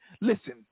Listen